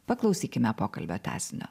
paklausykime pokalbio tęsinio